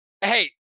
hey